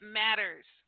matters